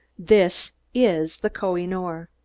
this is the koh-i-noor!